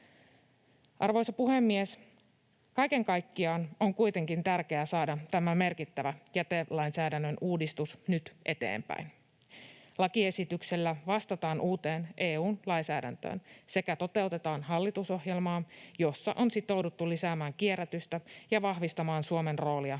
Arvoisa puhemies! Kaiken kaikkiaan on kuitenkin tärkeää saada tämä merkittävä jätelainsäädännön uudistus nyt eteenpäin. Lakiesityksellä vastataan uuteen EU:n lainsäädäntöön sekä toteutetaan hallitusohjelmaa, jossa on sitouduttu lisäämään kierrätystä ja vahvistamaan Suomen roolia